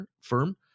firm